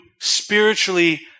spiritually